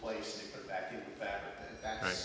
place that